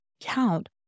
count